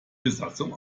besatzung